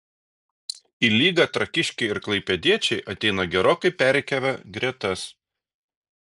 į lygą trakiškiai ir klaipėdiečiai ateina gerokai perrikiavę gretas